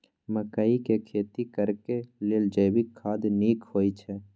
मकई के खेती करेक लेल जैविक खाद नीक होयछै?